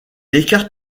écarte